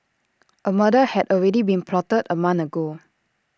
A murder had already been plotted A month ago